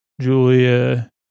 Julia